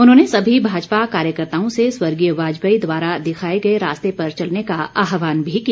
उन्होंने सभी भाजपा कार्यकर्ताओं से स्वर्गीय वाजपेयी द्वारा दिखाए गए रास्ते पर चलने का आहवान भी किया